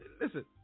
listen